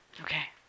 okay